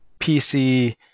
PC